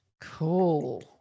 Cool